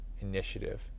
initiative